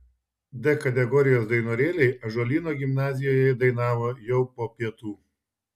d kategorijos dainorėliai ąžuolyno gimnazijoje dainavo jau po pietų